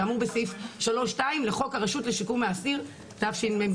כאמור בסעיף 3.2 לחוק הרשות לשיקום האסיר תשמ"ג,